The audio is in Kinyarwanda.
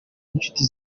b’inshuti